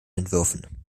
entwürfen